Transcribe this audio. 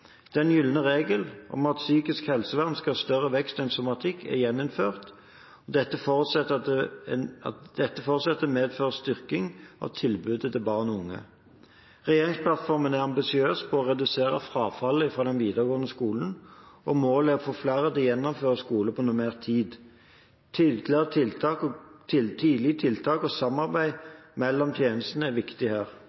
Den gylne regel om at psykisk helsevern skal ha større vekst enn somatikk, er gjeninnført. Det forutsettes at dette medfører styrking av tilbudet til barn og unge. Regjeringsplattformen er ambisiøs når det gjelder å redusere frafallet i videregående skole, og målet er å få flere til å gjennomføre skolen på normert tid. Tidlige tiltak og godt samarbeid mellom tjenestene er viktig her. Barn som har vansker i barnehage og